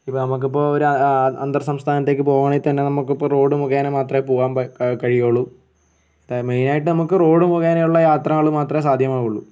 ഇപ്പം നമുക്കിപ്പോൾ ഒരു അ അ അന്തർ സംസ്ഥാനത്തേക്ക് പോവണമെങ്കിൽ തന്നെ നമുക്ക് ഇപ്പോൾ റോഡ് മുഖേന മാത്രമേ പോകാൻ പ കഴിയുള്ളൂ മെയിൻ ആയിട്ട് നമുക്ക് റോഡ് മുഖേനയുള്ള യാത്രകൾ മാത്രമേ സാധ്യമാവുള്ളൂ